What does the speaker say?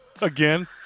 again